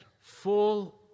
full